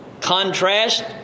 Contrast